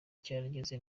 cyarageze